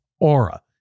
Aura